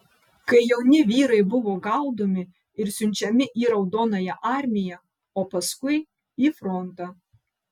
kai jauni vyrai buvo gaudomi ir siunčiami į raudonąją armiją o paskui į frontą